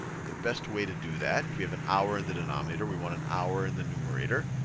and the best way to do that, if we have an hour in the denominator, we want an hour in the numerator,